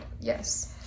Yes